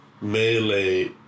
melee